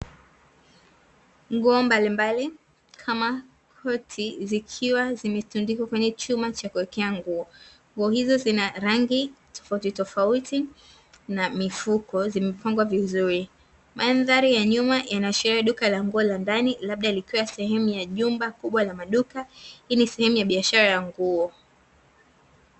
Nguo mbali mbali kama koti zikiwa zime tundikwa kwenye chuma cha kuwekea nguo, nguo hizo zina rangi tofauti tofauti na mifuko zimepangwa vizuri. Mandhari ya nyuma ya hashiria duka nguo la ndani labda likiwa sehemu la jumba kubwa la maduka, hii ni sehemu ya biashara ya nguo.